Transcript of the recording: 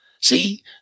See